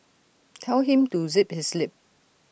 tell him to zip his lip